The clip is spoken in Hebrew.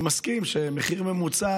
אני מסכים שמחיר ממוצע,